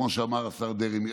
כמו שאמר השר דרעי,